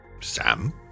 Sam